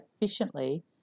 efficiently